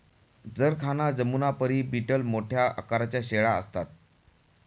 जरखाना जमुनापरी बीटल मोठ्या आकाराच्या शेळ्या असतात